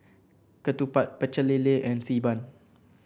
Ketupat Pecel Lele and Xi Ban